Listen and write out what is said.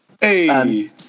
Hey